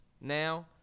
now